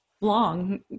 long